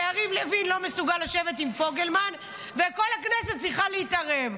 יריב לוין לא מסוגל לשבת עם פוגלמן וכל הכנסת צריכה להתערב.